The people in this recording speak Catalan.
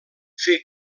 fer